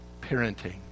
parenting